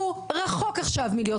כל העניין הזה רחוק עכשיו מלהיות